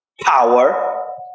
power